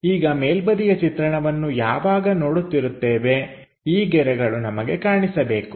ಈಗ ಮೇಲ್ಬದಿಯ ಚಿತ್ರಣವನ್ನು ಯಾವಾಗ ನೋಡುತ್ತಿರುತ್ತೇವೆ ಈ ಗೆರೆಗಳು ನಮಗೆ ಕಾಣಿಸಬೇಕು